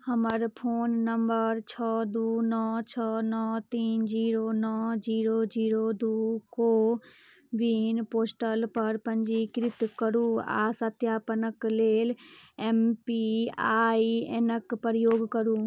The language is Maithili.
हमर फोन नम्बर छओ दुइ नओ छओ नओ तीन जीरो नओ जीरो जीरो दुइ कोविन पोर्टलपर पञ्जीकृत करू आओर सत्यापनक लेल एम पी आइ एन के प्रयोग करू